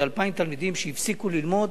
זה 2,000 תלמידים שהפסיקו ללמוד,